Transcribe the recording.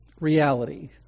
reality